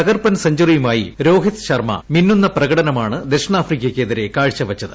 തകർപ്പൻ സെഞ്ചറിയുമായി രോഹിത് ശർമ്മ മിന്നുന്ന പ്രകടനമാണ് ദക്ഷിണ്ഫ്രിക്കയ്ക്കെതിരെ കാഴ്ചവെച്ചത്